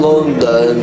London